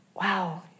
wow